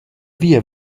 via